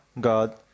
God